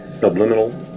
subliminal